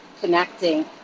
connecting